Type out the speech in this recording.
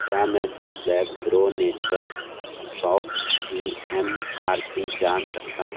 क्या मैं दस बैग प्रो नेचर सौंफ़ की एम आर पी जान सकता हूँ